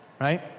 Right